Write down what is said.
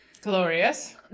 Glorious